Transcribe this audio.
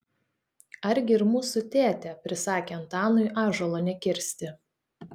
argi ir mūsų tėtė prisakė antanui ąžuolo nekirsti